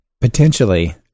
potentially